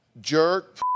jerk